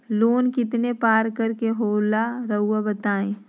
Loan कितने पारकर के होला रऊआ बताई तो?